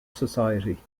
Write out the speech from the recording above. society